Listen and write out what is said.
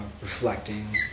reflecting